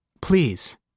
Please